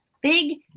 big